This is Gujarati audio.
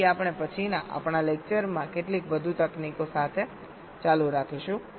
તેથી આપણે પછીનાઆપણાં લેકચરમાં કેટલીક વધુ તકનીકો સાથે ચાલુ રાખીશું